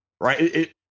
right